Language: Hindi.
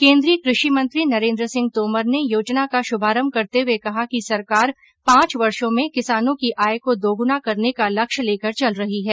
केन्द्रीय कृषि मंत्री नरेन्द्र सिंह तोमर ने योजना का शुभारंभ करते हुए कहा कि सरकार पांच वर्षो में किसानों की आय को दोगुना करने का लक्ष्य लेकर चल रही है